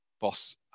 boss